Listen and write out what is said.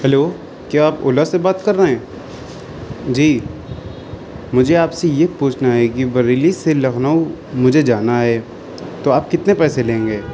hello کیا آپ اولا سے بات کر رہے ہیں جی مجھے آپ سے یہ پوچھنا ہے کہ بریلی سے لکھنؤ مجھے جانا ہے تو آپ کتنے پیسے لیں گے